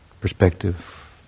perspective